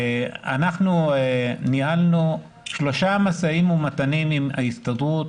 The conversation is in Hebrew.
אנחנו ניהלנו שלושה משאים ומתנים עם ההסתדרות